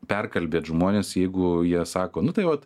perkalbėt žmones jeigu jie sako nu tai vat